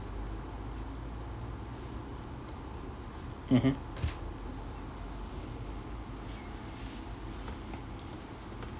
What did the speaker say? mmhmm